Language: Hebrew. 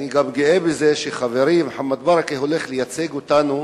אני גם גאה בזה שחברי מוחמד ברכה הולך לייצג אותנו